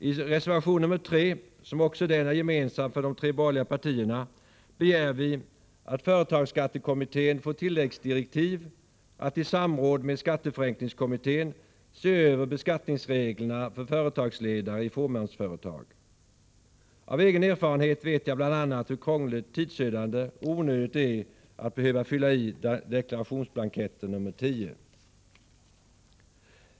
I reservation nr 3, som också den är gemensam för de tre borgerliga partierna, begär vi att företagsskattekommittén får tilläggsdirektiv att i samråd med skatteförenklingskommittén se över beskattningsreglerna för företagsledare i fåmansföretag. Av egen erfarenhet vet jag bl.a. hur krångligt, tidsödande och onödigt det är att behöva fylla i deklarationsblankett nr 10.